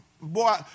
Boy